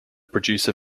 producer